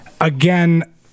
again